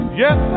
yes